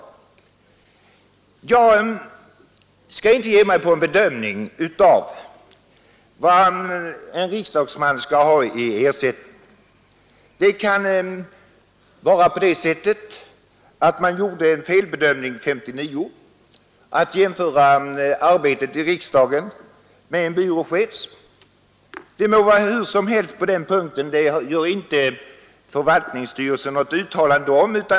Jag skall inte ge mig på en bedömning av vad en riksdagsman skall ha i ersättning. Det kan vara på det sättet att man gjorde en felbedömning 1959, då man jämförde arbetet i riksdagen med en byråchefs. Det må vara hur som helst på den punkten — det gör inte förvaltningsstyrelsen något uttalande om.